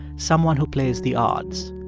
someone who plays the odds.